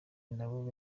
nabo